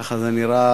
כך זה נראה,